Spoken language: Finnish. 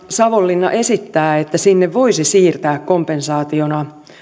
savonlinna esittää että valtion toimintoina sinne voisi siirtää kompensaationa